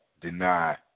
deny